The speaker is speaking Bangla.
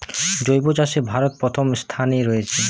জৈব চাষে ভারত প্রথম অবস্থানে রয়েছে